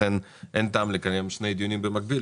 לכן אין טעם לקיים שני דיונים במקביל.